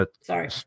Sorry